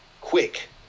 quick